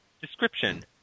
Description